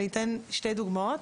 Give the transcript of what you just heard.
אני אתן שתי דוגמאות.